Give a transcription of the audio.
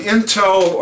Intel